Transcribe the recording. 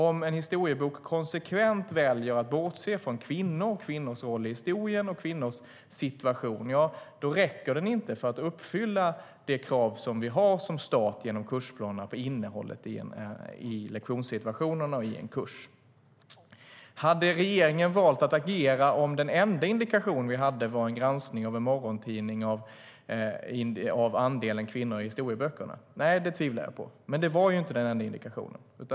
Om man i en historiebok konsekvent väljer att bortse från kvinnor, kvinnors roll i historien och kvinnors situation räcker den inte för att uppfylla de krav som vi har som stat, genom kursplanerna, på innehållet i lektionssituationerna och i en kurs. Hade regeringen valt att agera om den enda indikation vi hade var en granskning av en morgontidning av andelen kvinnor i historieböckerna? Nej, det tvivlar jag på. Men det var ju inte den enda indikationen.